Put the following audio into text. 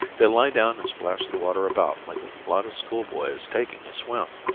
they lie down and splash the water about like a lot of schoolboys taking a swim.